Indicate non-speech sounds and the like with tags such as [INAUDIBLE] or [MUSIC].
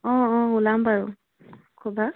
অঁ অঁ ওলাম বাৰু [UNINTELLIGIBLE]